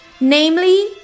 namely